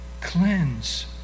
cleanse